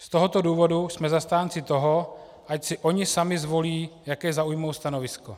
Z tohoto důvodu jsme zastánci toho, ať si oni sami zvolí, jaké zaujmou stanovisko.